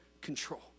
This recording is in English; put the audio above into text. control